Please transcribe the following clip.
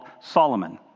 Solomon